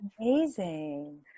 Amazing